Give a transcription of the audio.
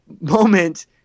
moment